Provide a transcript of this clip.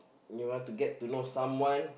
you want to get to know someone